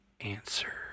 answer